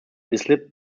islip